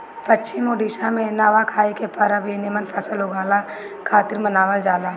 पश्चिम ओडिसा में नवाखाई के परब भी निमन फसल उगला खातिर मनावल जाला